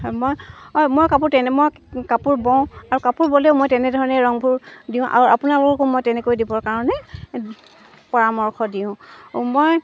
মই মই কাপোৰ তেনে মই কাপোৰ বওঁ আৰু কাপোৰ ব'লেও মই তেনেধৰণে ৰংবোৰ দিওঁ আৰু আপোনালোককো মই তেনেকৈ দিবৰ কাৰণে পৰামৰ্শ দিওঁ মই